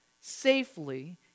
safely